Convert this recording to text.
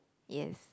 yes